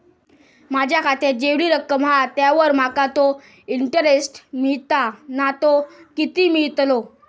माझ्या खात्यात जेवढी रक्कम हा त्यावर माका तो इंटरेस्ट मिळता ना तो किती मिळतलो?